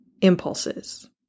impulses